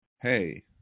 Hey